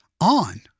on